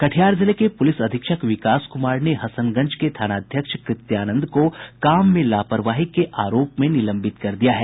कटिहार जिले के पूलिस अधीक्षक विकास कुमार ने हसनगंज के थानाध्यक्ष कृत्यानंद को काम में लापरवाही के आरोप में निलंबित कर दिया है